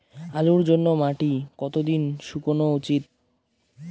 আলুর জন্যে মাটি কতো দিন শুকনো উচিৎ?